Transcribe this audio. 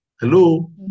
Hello